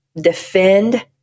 defend